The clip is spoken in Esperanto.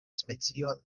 specio